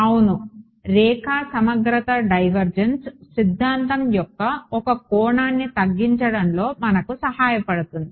అవును రేఖ సమగ్రత డైవర్జెన్స్ సిద్ధాంతం ఒక కోణాన్ని తగ్గించడంలో మనకు సహాయపడుతుంది